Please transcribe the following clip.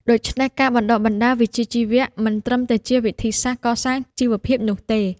ដូច្នេះ ការបណ្តុះបណ្តាលវិជ្ជាជីវៈមិនត្រឹមតែជាវិធីសាស្រ្តកសាងជីវភាពនោះទេ។